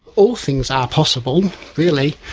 all things are possible really.